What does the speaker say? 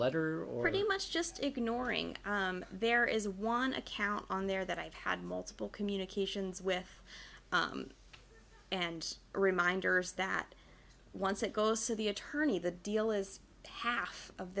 letter or the much just ignoring there is one account on there that i've had multiple communications with and are reminders that once it goes to the attorney the deal is half of